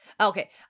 Okay